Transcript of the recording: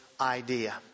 idea